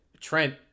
Trent